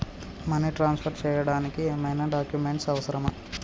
Money transfer చేయడానికి ఏమైనా documents అవసరమా?